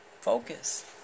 focus